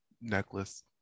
necklace